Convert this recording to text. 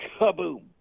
kaboom